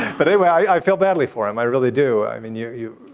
but i yeah i feel badly for him i really do. i mean you you